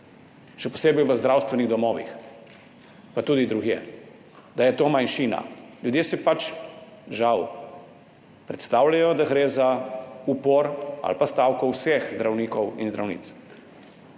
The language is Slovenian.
še posebej v zdravstvenih domovih, pa tudi drugje, da je to manjšina. Ljudje si žal pač predstavljajo, da gre za upor ali pa stavko vseh zdravnikov in zdravnic.